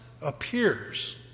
appears